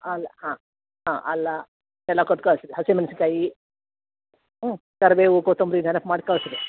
ಅಲ್ಲಾ ಹಾಂ ಹಾಂ ಅಲ್ಲಾ ಎಲ್ಲ ಕೊಟ್ಟು ಕಳ್ಸಿ ರೀ ಹಸಿಮೆಣಸಿನಕಾಯಿ ಹ್ಞೂ ಕರಿಬೇವು ಕೊತ್ತಂಬ್ರಿ ನೆನಪು ಮಾಡಿ ಕಳಿಸ್ ರೀ